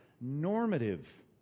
Normative